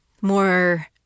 More